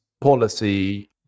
policy